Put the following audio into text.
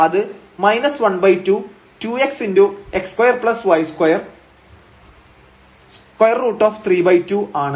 അത് 12 2xx2y232 ആണ്